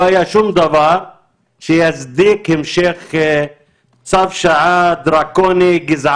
ואז צו השעה הזה שאמור לחלוף מהעולם יכול